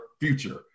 future